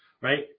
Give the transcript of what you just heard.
right